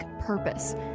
purpose